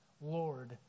Lord